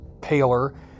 paler